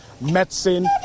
medicine